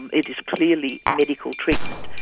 it is clearly medical treatment,